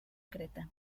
creta